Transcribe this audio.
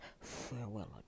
farewell